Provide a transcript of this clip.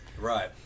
Right